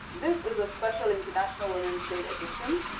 this is a special international women's day edition.